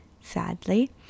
sadly